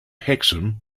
hexham